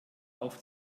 auf